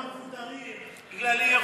מה זה כבירות, כבירות,